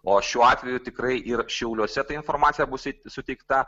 o šiuo atveju tikrai ir šiauliuose ta informacija bus suteikta